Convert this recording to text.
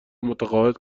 متقاعد